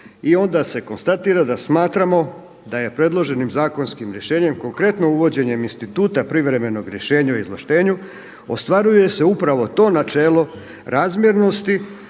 I onda se konstatira da smatramo da je predloženim zakonskim rješenjem konkretno uvođenjem instituta privremenog rješenja o izvlaštenju ostvaruje se upravo to načelo razmjernosti